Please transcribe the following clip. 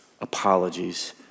apologies